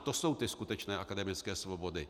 To jsou ty skutečné akademické svobody.